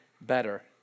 better